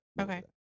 Okay